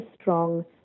strong